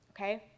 okay